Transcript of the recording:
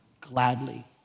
gladly